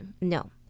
no